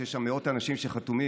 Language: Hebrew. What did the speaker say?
יש שם מאות אנשים שחתומים,